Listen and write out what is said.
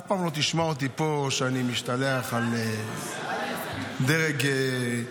אף פעם לא תשמע אותי פה משתלח על דרג מקצועי.